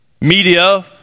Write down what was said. Media